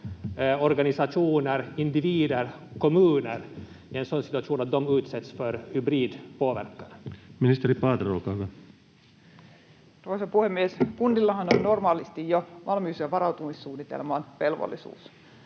organisationer, individer, kommuner i en sådan situation där de utsätts för hybridpåverkan? Ministeri Paatero, olkaa hyvä. Arvoisa puhemies! Kunnillahan on normaalisti jo valmius- ja varautumissuunnitelmaan velvollisuus.